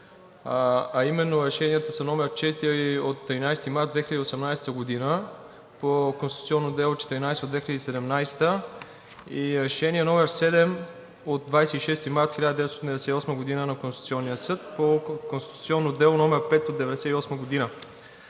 а именно решенията са № 4 от 13 март 2018 г. по конституционно дело № 14 от 2017 г. и Решение № 7 от 26 март 1998 г. на Конституционния съд по конституционно дело № 5 от 1998 г.